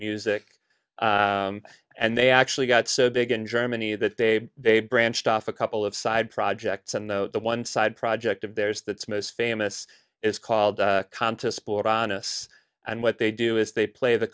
music and they actually got so big in germany that they they branched off a couple of side projects and though the one side project of theirs that's most famous is called qantas sport on us and what they do is they play the